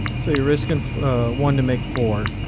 so you're risking one to make four.